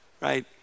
right